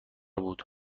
بود